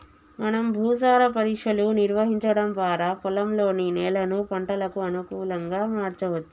మనం భూసార పరీక్షలు నిర్వహించడం వారా పొలంలోని నేలను పంటలకు అనుకులంగా మార్చవచ్చు